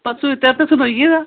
परसों दित्ता हा ते सनोई गेदा